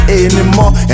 anymore